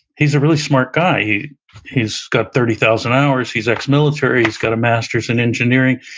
he's a really smart guy. he's he's got thirty thousand hours. he's ex-military. he's got a masters in engineering.